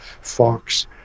Fox